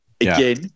again